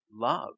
love